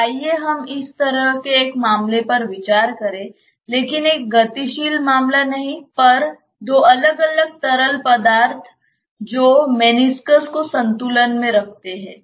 तो आइए हम इस तरह के एक मामले पर विचार करें लेकिन एक गतिशील मामला नहीं पर दो अलग अलग तरल पदार्थ जो मेनिस्कस को संतुलन में रखते हैं